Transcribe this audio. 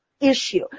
issue